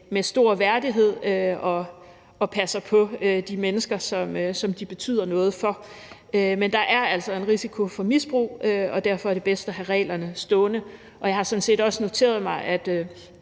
med stor værdighed og passer på de mennesker, som de betyder noget for. Men der er altså en risiko for misbrug, og derfor er det bedst at have det stående. Jeg har sådan set også noteret mig, at